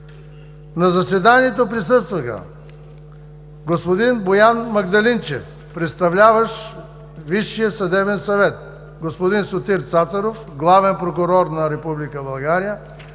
На заседанието присъстваха: господин Боян Магдалинчев – представляващ Висшия съдебен съвет, господин Сотир Цацаров – главен прокурор на Република